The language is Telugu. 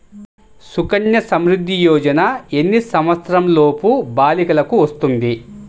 సుకన్య సంవృధ్ది యోజన ఎన్ని సంవత్సరంలోపు బాలికలకు వస్తుంది?